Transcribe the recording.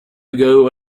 ago